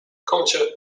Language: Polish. kącie